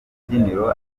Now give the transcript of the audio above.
rubyiniro